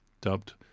dubbed